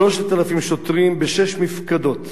3,000 שוטרים בשש מפקדות.